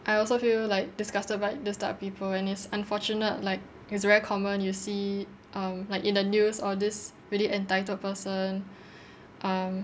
I also feel like disgusted by this type of people and it's unfortunate like it's very common you see um like in the news orh this really entitled person um